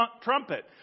trumpet